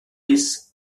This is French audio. luis